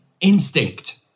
instinct